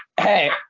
Hey